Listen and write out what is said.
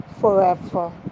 forever